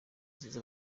nziza